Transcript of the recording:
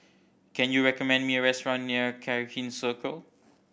can you recommend me a restaurant near Cairnhill Circle